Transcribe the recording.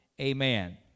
amen